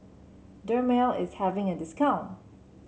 Dermale is having a discount